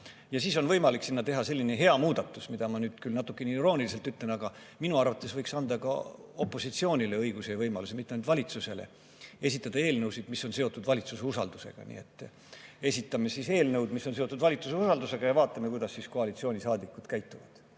Ja siis on võimalik sinna teha selline hea muudatus, mida ma nüüd küll natukene irooniliselt ütlen: minu arvates võiks anda ka opositsioonile õiguse ja võimaluse, mitte ainult valitsusele, esitada eelnõusid, mis on seotud valitsuse usaldusega. Esitame eelnõu, mis on seotud valitsuse usaldusega, ja vaatame siis, kuidas koalitsioonisaadikud käituvad.